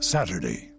Saturday